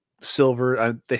Silver